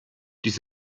dies